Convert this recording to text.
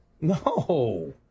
No